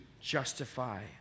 justify